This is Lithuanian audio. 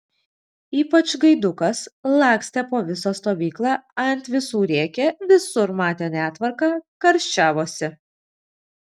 ypač gaidukas lakstė po visą stovyklą ant visų rėkė visur matė netvarką karščiavosi